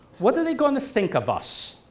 what are they going to think of us?